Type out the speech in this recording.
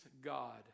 God